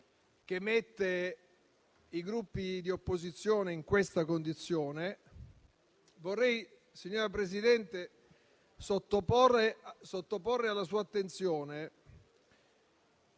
che mette i Gruppi di opposizione in questa condizione). Vorrei, signora Presidente, sottoporre alla sua attenzione